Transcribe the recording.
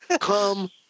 come